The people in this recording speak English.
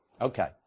Okay